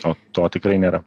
o to tikrai nėra